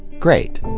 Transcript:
great.